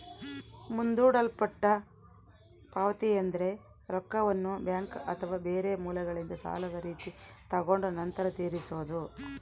ಮುಂದೂಡಲ್ಪಟ್ಟ ಪಾವತಿಯೆಂದ್ರ ರೊಕ್ಕವನ್ನ ಬ್ಯಾಂಕ್ ಅಥವಾ ಬೇರೆ ಮೂಲಗಳಿಂದ ಸಾಲದ ರೀತಿ ತಗೊಂಡು ನಂತರ ತೀರಿಸೊದು